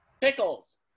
Pickles